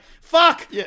fuck